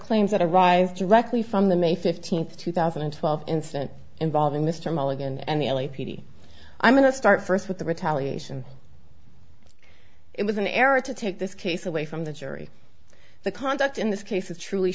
claims that arise directly from the may fifteenth two thousand and twelve incident involving mr mulligan and the l a p d i'm going to start first with the retaliation it was an error to take this case away from the jury the conduct in this case is truly